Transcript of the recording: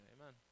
Amen